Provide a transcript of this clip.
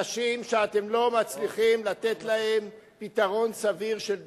אנשים שאתם לא מצליחים לתת להם פתרון סביר של דיור,